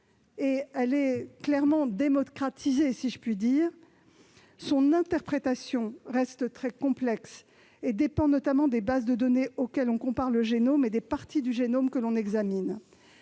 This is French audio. elle est même clairement démocratisée, si je puis dire -, son interprétation reste très complexe et dépend notamment des bases de données auxquelles on compare le génome ou les parties du génome que l'on examine.